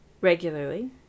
regularly